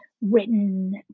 written